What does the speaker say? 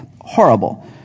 horrible